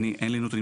אין לי נתונים